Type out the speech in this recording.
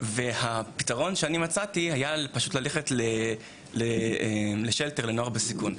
והפתרון שמצאתי היה ללכת לשלטר לנוער בסיכון,